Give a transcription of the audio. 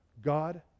God